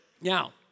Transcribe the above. Now